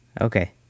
Okay